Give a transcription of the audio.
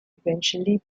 eventually